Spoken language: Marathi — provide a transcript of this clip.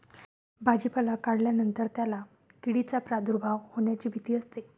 भाजीपाला काढल्यानंतर त्याला किडींचा प्रादुर्भाव होण्याची भीती असते